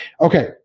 Okay